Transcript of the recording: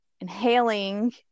inhaling